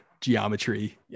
geometry